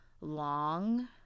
long